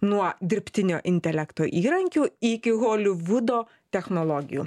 nuo dirbtinio intelekto įrankių iki holivudo technologijų